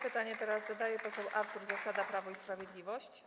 Pytanie teraz zadaje poseł Artur Zasada, Prawo i Sprawiedliwość.